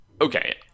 Okay